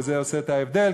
וזה עושה את ההבדל,